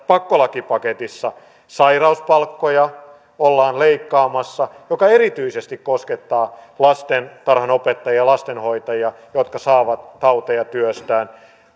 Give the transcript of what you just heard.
pakkolakipaketissa sairauspalkkoja ollaan leikkaamassa mikä erityisesti koskettaa lastentarhanopettajia ja lastenhoitajia jotka saavat tauteja työstään